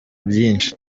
byinshi